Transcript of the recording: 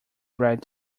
bread